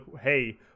hey